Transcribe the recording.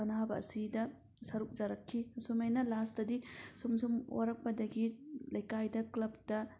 ꯑꯅꯥꯕ ꯑꯁꯤꯗ ꯁꯔꯨꯛ ꯆꯜꯂꯛꯈꯤ ꯑꯁꯨꯃꯥꯏꯅ ꯂꯥꯁꯇꯗꯤ ꯁꯨꯝ ꯁꯨꯝ ꯋꯥꯔꯛꯄꯗꯒꯤ ꯂꯩꯀꯥꯏꯗ ꯀ꯭ꯂꯄꯇ